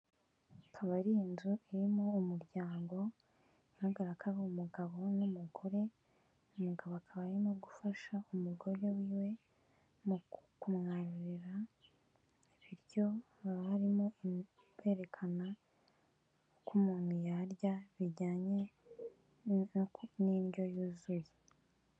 Akaba ari inzu irimo umuryango bigaraga ko ari umugabo n'umugore, umugabo akaba arimo gufasha umugore we mu kumwarurira ibiryo. harimo kwerekana uko umuntu yarya bijyanye n'indyo yuzuye.